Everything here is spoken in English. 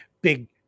big